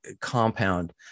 compound